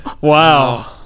Wow